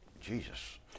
Jesus